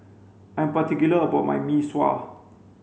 I'm particular about my mee sua